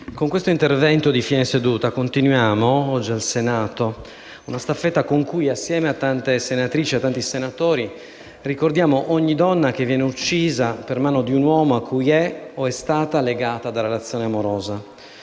con questo intervento di fine seduta continuiamo, oggi, al Senato, una staffetta con cui, assieme a tante senatrici e tanti senatori, ricordiamo ogni donna che viene uccisa per mano di un uomo a cui è o è stata legata da relazione amorosa.